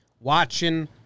watching